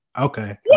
okay